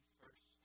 first